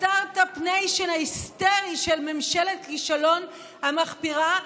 הסטרטאפ ניישן ההיסטרי של ממשלת כישלון מחפירה.